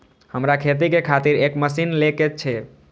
हमरा खेती के खातिर एक मशीन ले के छे?